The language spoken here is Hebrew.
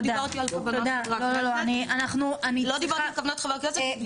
לא דיברתי על כוונת חברי הכנסת.